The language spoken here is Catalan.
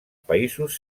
països